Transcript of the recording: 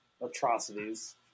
atrocities